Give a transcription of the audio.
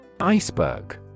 Iceberg